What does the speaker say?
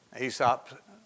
Aesop